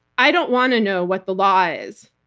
i don't want to know what the law is.